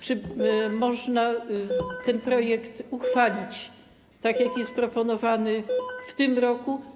Czy można ten projekt uchwalić, tak jak jest proponowany w tym roku?